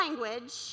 language